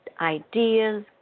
ideas